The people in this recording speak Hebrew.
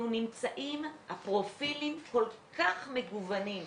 אנחנו נמצאים, הפרופילים כל כך מגוונים.